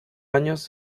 años